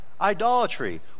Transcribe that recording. idolatry